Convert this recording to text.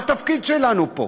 מה התפקיד שלנו פה?